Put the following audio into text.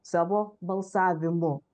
savo balsavimu